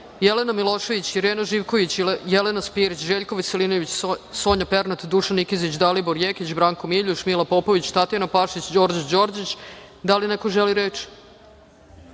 Jelena Milošević, Irena Živković, Jelena Spirić, Željko Veselinović, Sonja Pernat, Dušan Nikezić, Dalibor Jekić, Branko Miljuš, Mila Popvić, Tatjana Pašić, Đorđe Đorđić. Da li neko želi reč?